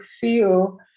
feel